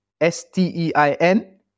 S-T-E-I-N